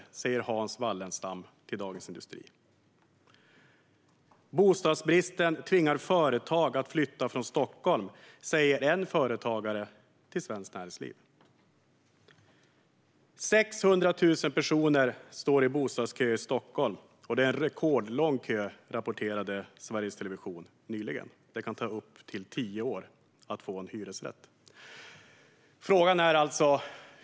Det säger Hans Wallenstam till Dagens Industri. Ett annat är: Bostadsbristen tvingar företag att flytta från Stockholm. Det säger en företagare till Svenskt Näringsliv. Det tredje är att 600 000 personer står i bostadskö i Stockholm, och det är en rekordlång kö. Det kan ta upp till tio år att få en hyresrätt, rapporterade Sveriges Television nyligen.